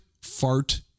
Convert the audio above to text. Fart